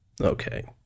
Okay